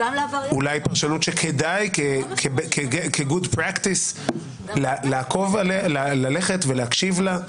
אולי פרשנות שכדאי כ-good practice להקשיב לה,